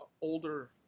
older